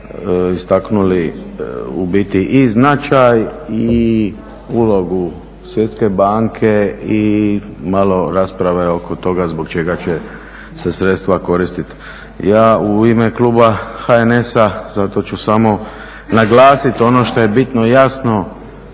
istaknuli u biti i značaj i ulogu Svjetske banke i malo rasprave oko toga zbog čega će se sredstva koristiti. Ja u ime kluba HNS-a zato ću samo naglasiti ono što je bitno i jasno